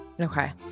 Okay